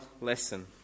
lesson